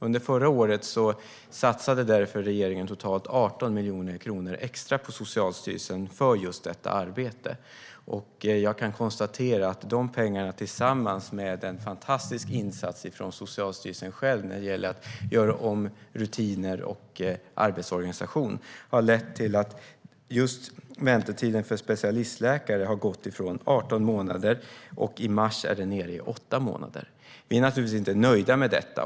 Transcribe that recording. Under förra året satsade därför regeringen totalt 18 miljoner kronor extra på Socialstyrelsen för detta arbete. Jag kan konstatera att de pengarna, tillsammans med en fantastisk insats från Socialstyrelsen själv när det gäller att göra om rutiner och arbetsorganisation, har lett till att väntetiden för specialistläkare gått från 18 till 8 månader, som den är nu i mars. Vi är naturligtvis inte nöjda med detta.